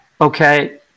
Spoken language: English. Okay